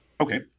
okay